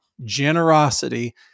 generosity